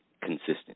consistent